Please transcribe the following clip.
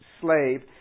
slave